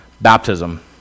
baptism